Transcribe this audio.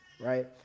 right